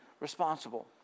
responsible